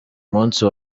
munsi